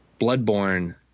Bloodborne